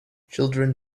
children